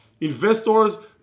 investors